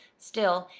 still,